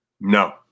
No